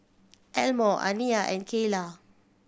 Elmore Aniya and Keyla